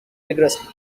rigourously